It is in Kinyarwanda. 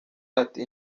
ati